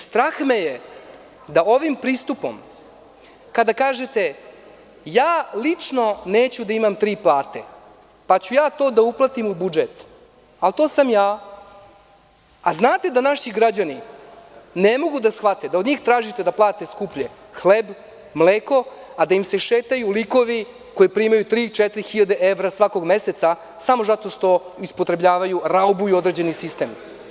Strah me je da ovim pristupom, kada kažete – ja lično neću da imam tri plate, pa ću ja to da uplatim u budžet, ali to sam ja, a znate da naši građani ne mogu da shvate da od njih tražite da plate skuplje hleb, mleko, a da im se šetaju likovi koji primaju tri ili četiri hiljade evra svakog meseca, samo zato što ispotrebljavaju, raubuju određeni sistem.